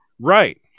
right